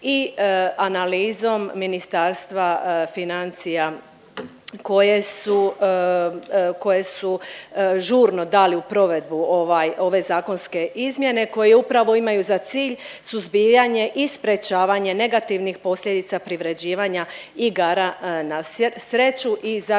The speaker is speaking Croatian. i analizom Ministarstva financija koje su, koje su žurno dali u provedbu ove zakonske izmjene koje upravo imaju za cilj suzbijanje i sprječavanje negativnih posljedica privređivanja igara na sreću i zaštitu